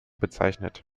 bezeichnet